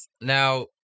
now